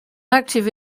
active